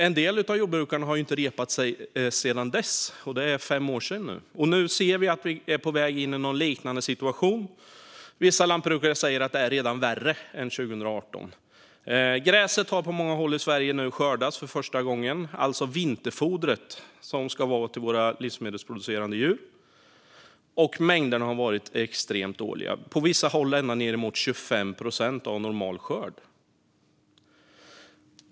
En del av jordbrukarna har inte repat sig än, och detta är fem år sedan. Och nu ser vi att vi är på väg in i en liknande situation. Vissa lantbrukare säger att det redan är värre än 2018. Gräset har på många håll i Sverige nu skördats för första gången, alltså vinterfodret till våra livsmedelsproducerande djur, och skörden har varit extremt dålig. På vissa håll har skörden varit ned mot 25 procent av normal skörd.